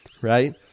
Right